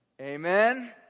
Amen